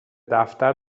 دفتر